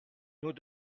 nous